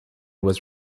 was